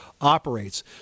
operates